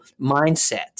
mindset